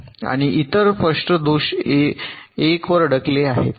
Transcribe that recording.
आणि इतर स्पष्ट दोष 1 वर अडकले आहेत